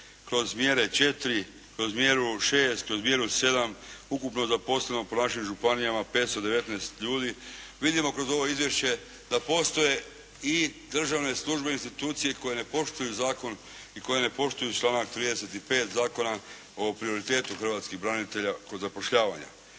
kroz mjere 4, kroz mjeru 6, kroz mjeru 7 ukupno zaposleno po našim županijama 519 ljudi. Vidimo kroz ovo izvješće da postoje i državne službene institucije koje ne poštuju zakon i koje ne poštuju članak 35. zakona o prioritetu hrvatskih branitelja kod zapošljavanja.